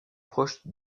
proche